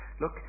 Look